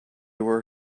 were